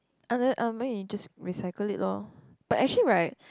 other um maybe you just recycle it lor but actually right